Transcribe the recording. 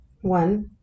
One